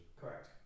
Correct